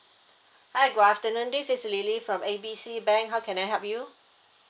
hi good afternoon this is lily from A B C bank how can I help you